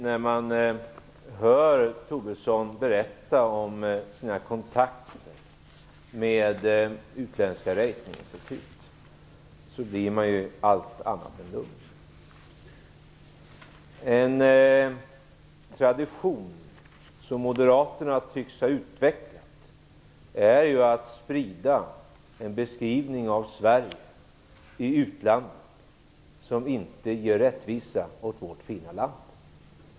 När man hör Tobisson berätta om sina kontakter med utländska ratinginstitut blir man allt annat än lugn. En tradition som Moderaterna tycks ha utvecklat är ju att i utlandet sprida en beskrivning av Sverige som inte ger rättvisa åt vårt fina land.